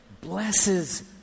blesses